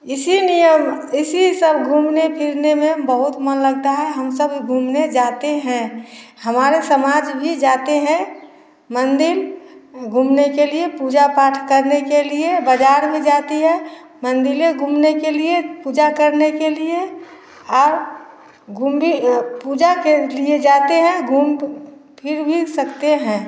इसी नियम इसी सब घूमने फिरने में बहुत मन लगता है हम सब घूमने जाते हैं हमारे समाज भी जाते हैं मंदिर घूमने के लिए पूजा पाठ करने के लिए बाजार भी जाती है मंदिरें घूमने के लिए पूजा करने के लिए और पूजा के लिए जाते है घूम फिर भी सकते हैं